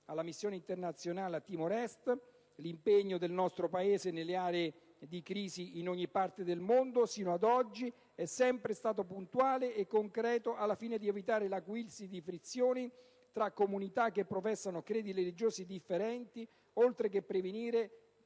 alla missione internazionale a Timor Est, l'impegno del nostro Paese nelle aree di crisi in ogni parte del mondo è sempre stato sino ad oggi puntuale e concreto, al fine di evitare l'acuirsi di finzioni tra comunità che professano credi religiosi differenti, oltre che per prevenire